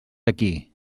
aquí